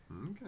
Okay